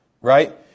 Right